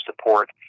support